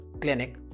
clinic